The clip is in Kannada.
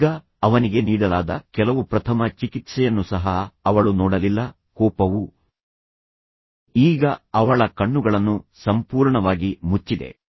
ಈಗ ಅವನಿಗೆ ನೀಡಲಾದ ಕೆಲವು ಪ್ರಥಮ ಚಿಕಿತ್ಸೆಯನ್ನು ಸಹ ಅವಳು ನೋಡಲಿಲ್ಲ ಕೋಪವು ಈಗ ಅವಳ ಕಣ್ಣುಗಳನ್ನು ಸಂಪೂರ್ಣವಾಗಿ ಮುಚ್ಚಿದೆ